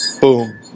boom